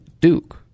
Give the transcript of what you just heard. Duke